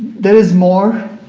there is more